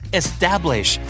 establish